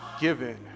given